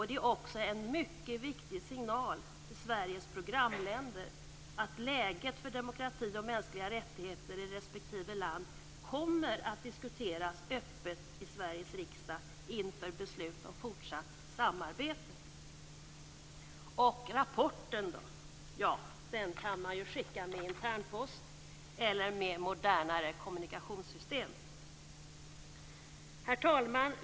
Det är också en mycket viktig signal till Sveriges programländer om att läget för demokrati och mänskliga rättigheter i respektive land kommer att diskuteras öppet i Sveriges riksdag inför beslut om fortsatt samarbete. Och rapporten då? Ja, den kan man ju skicka med internpost eller med modernare kommunikationssystem. Herr talman!